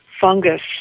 fungus